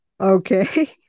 Okay